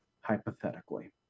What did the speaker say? hypothetically